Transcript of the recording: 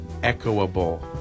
echoable